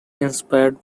inspired